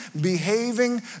behaving